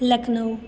Lucknow